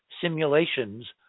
simulations